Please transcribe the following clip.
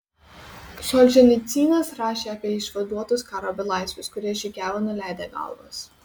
solženicynas rašė apie išvaduotus karo belaisvius kurie žygiavo nuleidę galvas